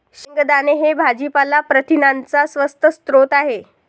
शेंगदाणे हे भाजीपाला प्रथिनांचा स्वस्त स्रोत आहे